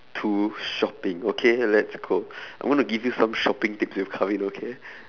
to shopping okay let's go I'm going to give you some shopping tips you okay